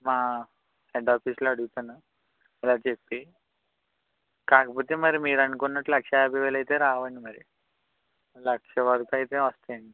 మా హెడ్ ఆఫీసులో అడుగుతాను అలా చెప్పి కాకపోతే మరి మీరు అనుకున్నట్టు లక్ష యాభై వేలు అయితే రావండి మరి లక్ష వరకు అయితే వస్తాయండి